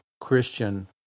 Christian